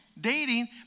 dating